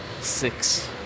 six